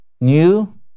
New